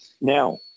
Now